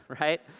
right